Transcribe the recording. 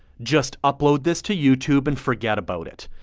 just upload this to youtube and forget about it.